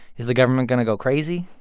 is the government going to go crazy?